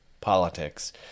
politics